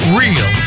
real